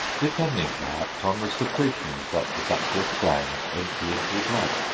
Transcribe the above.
depending perhaps on the secretions that the ductless glands empty into the blood.